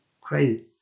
crazy